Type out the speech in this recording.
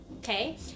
Okay